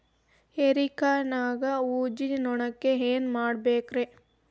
ಹೇರಿಕಾಯಾಗ ಊಜಿ ನೋಣಕ್ಕ ಏನ್ ಮಾಡಬೇಕ್ರೇ?